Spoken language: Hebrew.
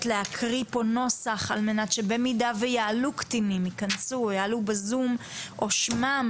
להקריא פה נוסח כדי שאם ייכנסו קטינים או יעלו בזום או שמם